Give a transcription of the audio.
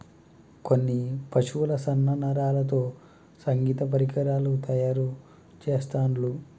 కొన్ని పశువుల సన్న నరాలతో సంగీత పరికరాలు తయారు చెస్తాండ్లు